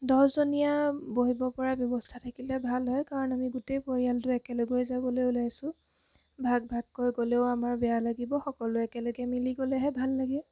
দহজনীয়া বহিব পৰা ব্যৱস্থা থাকিলে ভাল হয় কাৰণ আমি গোটেই পৰিয়ালটো একেলগৈ যাবলৈ ওলাইছোঁ ভাগ ভাগকৈ গ'লেও আমাৰ বেয়া লাগিব সকলোৱে একেলগে মিলি গ'লেহে ভাল লাগে